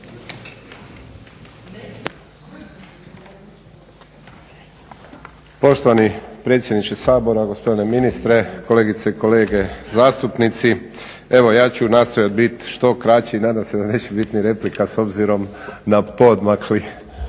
Poštovani predsjedniče Sabora, gospodine ministre, kolegice i kolege zastupnici. Evo ja ću nastojati biti što kraći, nadam se da neće biti ni replika s obzirom na poodmakli